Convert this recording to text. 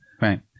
Right